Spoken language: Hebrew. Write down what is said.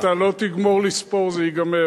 דודו, אתה לא תגמור לספור, זה ייגמר.